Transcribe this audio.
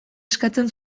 eskatzen